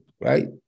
right